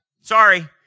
Sorry